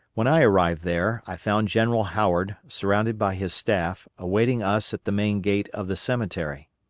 when i arrived there i found general howard, surrounded by his staff, awaiting us at the main gate of the cemetery.